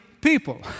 people